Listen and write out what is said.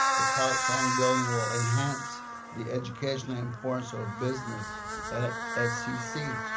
the cloud song building will enhance the education importance of business at scc.